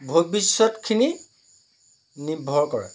ভৱিষ্যতখিনি নিৰ্ভৰ কৰে